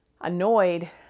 annoyed